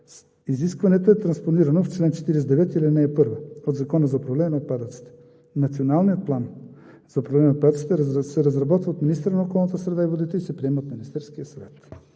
Изискването е транспонирано в чл. 49, ал. 1 от Закона за управление на отпадъците. Националният план за управление на отпадъците се разработва от министъра на околната среда и водите и се приема от Министерския съвет.